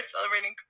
celebrating